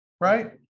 Right